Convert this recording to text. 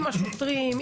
עם השוטרים,